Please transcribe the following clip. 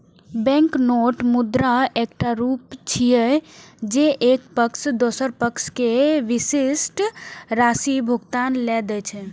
banknote मुद्राक एकटा रूप छियै, जे एक पक्ष दोसर पक्ष कें विशिष्ट राशि भुगतान लेल दै छै